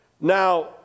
Now